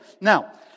Now